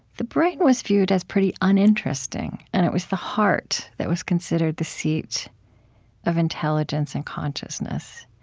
the brain was viewed as pretty uninteresting. and it was the heart that was considered the seat of intelligence and consciousness.